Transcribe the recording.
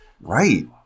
right